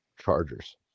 Chargers